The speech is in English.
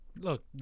Look